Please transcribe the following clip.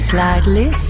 Slightly